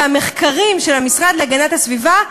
ולפי המחקרים של המשרד להגנת הסביבה,